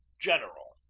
general,